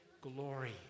glory